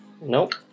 Nope